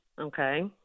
Okay